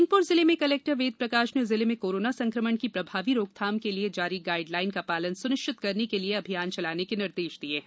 नरसिंहपुर जिले में कलेक्टर वेद प्रकाश ने जिले में कोरोना संक्रमण की प्रभावी रोकथाम के लिए जारी गाइड लाइन का पालन सुनिश्चित करने के लिए अभियान चलाने के निर्देश दिये हैं